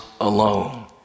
alone